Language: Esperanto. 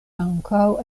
ankaŭ